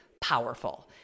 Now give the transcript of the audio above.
powerful